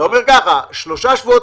משרד הבריאות מבקש שלושה שבועות,